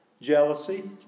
jealousy